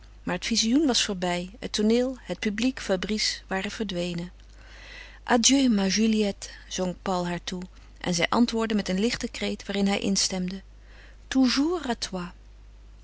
maar het visioen was voorbij het tooneel het publiek fabrice waren verdwenen adieu ma juliette zong paul haar toe en zij antwoordde met een lichten kreet waarin hij instemde